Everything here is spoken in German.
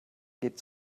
geht